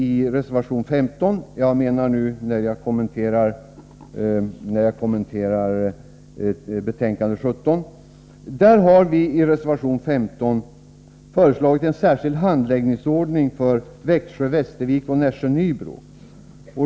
I reservation 15 till betänkande 17, som jag nu kommenterar, har vårt parti föreslagit en särskild handläggningsordning för Växjö-Västervik och Nässjö-Nybro.